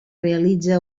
realitza